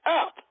up